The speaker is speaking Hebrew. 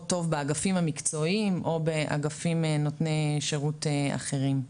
טוב באגפים המקצועיים או באגפים נותני שירות אחרים.